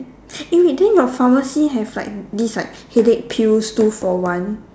eh wait then your pharmacy have like this like headache pills two for one